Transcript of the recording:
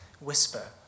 whisper